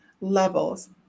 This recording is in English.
levels